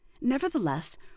Nevertheless